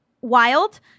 wild